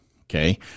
Okay